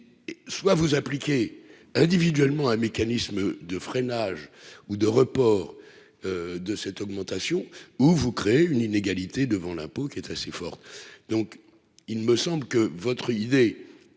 soit vous appliquez individuellement un mécanisme de freinage ou de report de cette augmentation ou vous créez une inégalité devant l'impôt qui est assez forte, donc il me semble que votre idée,